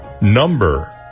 number